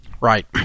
Right